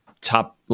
top